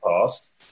past